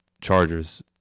Chargers